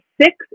six